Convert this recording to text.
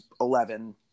Eleven